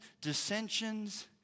dissensions